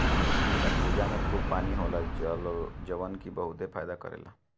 तरबूजा में खूब पानी होला जवन की बहुते फायदा करेला